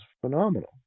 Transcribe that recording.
phenomenal